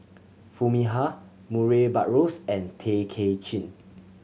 Foo Mee Har Murray Buttrose and Tay Kay Chin